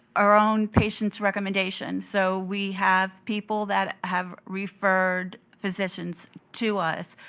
our own patients' recommendations. so we have people that have referred physicians to us,